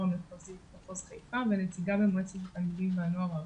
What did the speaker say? המחוזית במחוז חיפה ונציגה במועצת התלמידים והנוער הארצית.